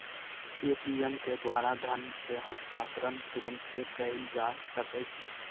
Paytm के द्वारा धन के हस्तांतरण तुरन्ते कएल जा सकैछइ